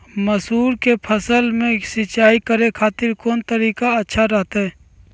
मसूर के फसल में सिंचाई करे खातिर कौन तरीका अच्छा रहतय?